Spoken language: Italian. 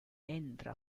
entra